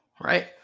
right